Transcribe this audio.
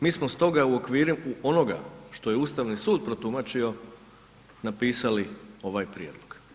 Mi smo stoga u okviru onoga što je Ustavni sud protumačio napisali ovaj prijedlog.